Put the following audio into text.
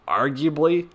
arguably